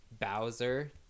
Bowser